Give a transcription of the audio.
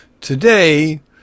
today